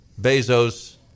Bezos